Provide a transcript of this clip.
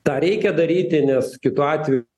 tą reikia daryti nes kitu atveju